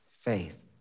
faith